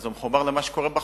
הוא מחובר למה שקורה בחוץ.